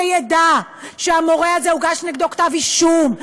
שידע שנגד המורה הזה הוגש כתב אישום,